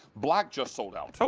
black just sold out. so